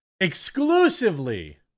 Exclusively